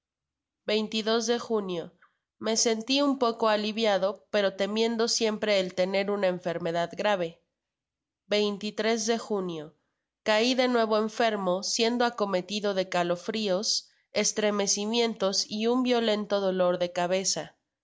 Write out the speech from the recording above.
de junio me senti un poco aliviado pero temiendo siempre el tener una enfermedad grave de junio cai de nuevo enfermo siendo acometido de calofrios estremecimientos y un violento dolor de cabeza